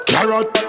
Carrot